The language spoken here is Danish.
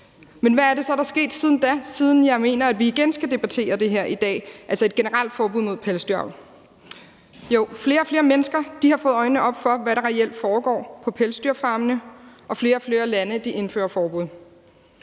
Men hvad er det så, der er sket siden da, siden jeg mener, at vi igen i dag skal debattere det her, altså et generelt forbud mod pelsdyravl? Jo, flere og flere mennesker har fået øjnene op for, hvad der reelt foregår på pelsdyrfarmene, og flere og flere lande indfører forbud.